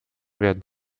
werden